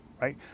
right